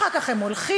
אחר כך הם הולכים.